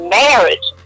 marriage